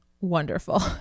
wonderful